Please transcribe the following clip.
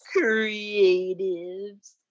creatives